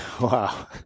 Wow